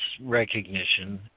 recognition